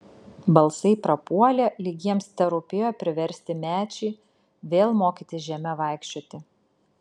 balsai prapuolė lyg jiems terūpėjo priversti mečį vėl mokytis žeme vaikščioti